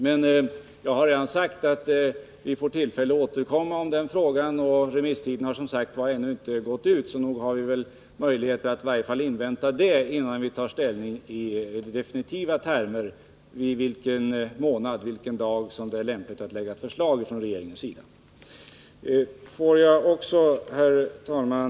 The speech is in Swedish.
Men jag har redan sagt att vi får tillfälle att återkomma till den frågan. Och remisstiden har som sagt ännu inte gått ut. Nog borde vi få möjlighet att i varje fall invänta det, innan vi i definitiva termer tar ställning till i vilken månad och på vilken dag som det är lämpligast att lägga fram ett förslag från regeringen. Får jag också, herr talman, .